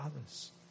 others